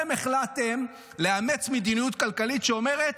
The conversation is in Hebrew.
החלטתם לאמץ מדיניות כלכלית שאומרת,